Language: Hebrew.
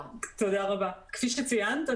כפי שציינת,